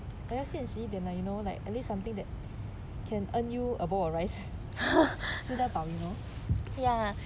like 要现实一点 you know like at least something that can earn you a bowl of rice 吃得饱 you know